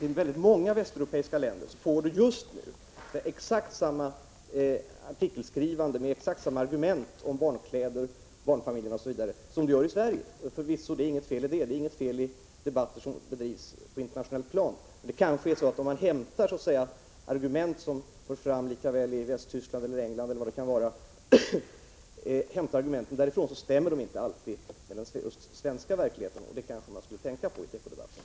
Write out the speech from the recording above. I väldigt många västeuropeiska länder pågår just nu exakt samma artikelskrivande med exakt samma argument om barnkläder och barnfamiljer osv. som också pågår i Sverige. Det är förvisso inget fel i detta. Det är inte fel att föra debatter på ett internationellt plan, men om man hämtar argument som förs fram i Västtyskland eller England eller i vilket annat land det nu kan vara, stämmer argumenten inte alltid med den svenska verkligheten. Det kanske man skulle tänka på i tekodebatten.